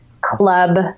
Club